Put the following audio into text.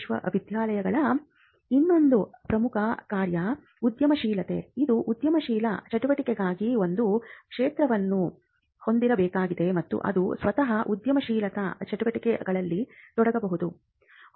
ವಿಶ್ವವಿದ್ಯಾಲಯಗಳ ಇನ್ನೊಂದು ಪ್ರಮುಖ ಕಾರ್ಯ ಉದ್ಯಮಶೀಲತೆ ಇದು ಉದ್ಯಮಶೀಲ ಚಟುವಟಿಕೆಗಾಗಿ ಒಂದು ಕ್ಷೇತ್ರವನ್ನು ಹೊಂದಿಸಬೇಕಾಗಿದೆ ಮತ್ತು ಅದು ಸ್ವತಃ ಉದ್ಯಮಶೀಲತಾ ಚಟುವಟಿಕೆಗಳಲ್ಲಿ ತೊಡಗಬಹುದು